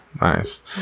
nice